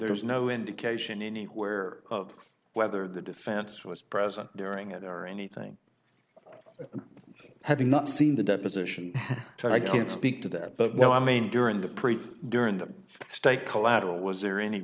there's no indication anywhere of whether the defense was present during at there or anything having not seen the deposition so i can't speak to that but no i mean during the pre during the state collateral was there any